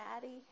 Daddy